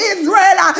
Israel